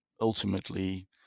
ultimately